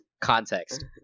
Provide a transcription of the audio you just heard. context